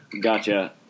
Gotcha